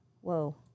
Whoa